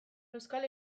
euskal